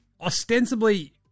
ostensibly